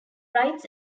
rights